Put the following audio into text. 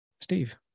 Steve